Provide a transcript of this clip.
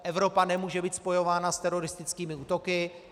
Evropa nemůže být spojována s teroristickými útoky.